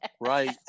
Right